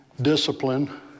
discipline